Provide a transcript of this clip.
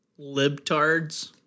Libtards